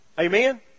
Amen